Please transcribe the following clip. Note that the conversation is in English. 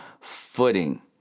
footing